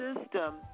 system